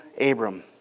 Abram